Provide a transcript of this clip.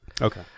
Okay